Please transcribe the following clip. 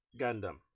Gundam